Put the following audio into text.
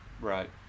Right